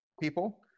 people